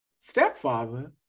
stepfather